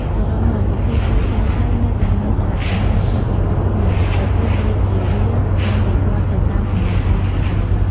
សរុបមក ពិធីចូលចែចូវនៅតែមានសារៈសំខាន់ក្នុងសង្គមខ្មែរ បើទោះបីជាវាបានវិវឌ្ឍន៍ទៅតាមសម័យកាលក៏ដោយ។